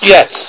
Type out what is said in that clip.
Yes